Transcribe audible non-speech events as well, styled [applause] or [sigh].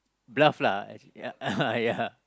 bluff lah actually [laughs] uh ya